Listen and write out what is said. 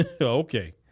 Okay